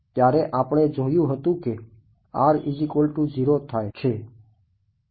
ત્યારે આપણે જોયું હતું કે થાય છે